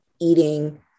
eating